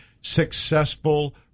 successful